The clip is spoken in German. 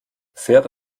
fährt